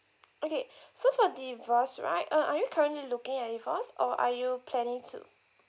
okay so for divorce right uh are you currently looking at divorce or are you planning to